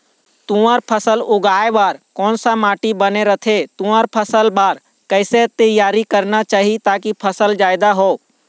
तुंहर फसल उगाए बार कोन सा माटी बने रथे तुंहर फसल बार कैसे तियारी करना चाही ताकि फसल जादा हो?